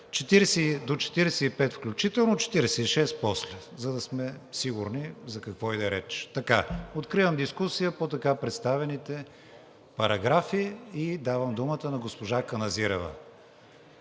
до § 45 включително, § 46 после, за да сме сигурни за какво иде реч. Откривам дискусията по така представените параграфи. Давам думата на госпожа Каназирева